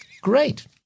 Great